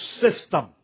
system